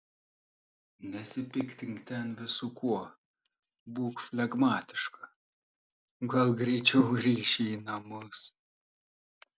nesipiktink ten visu kuo būk flegmatiška gal greičiau grįši į namus